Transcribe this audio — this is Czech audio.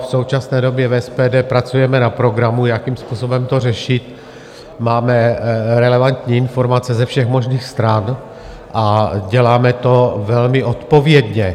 V současné době v SPD pracujeme na programu, jakým způsobem to řešit, máme relevantní informace ze všech možných stran a děláme to velmi odpovědně.